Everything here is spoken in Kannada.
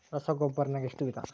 ರಸಗೊಬ್ಬರ ನಾಗ್ ಎಷ್ಟು ವಿಧ?